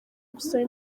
gusaba